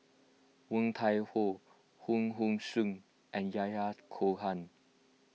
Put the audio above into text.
Woon Tai Ho Hong Hong Sing and Yahya Cohen